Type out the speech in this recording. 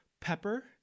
Pepper